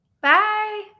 Bye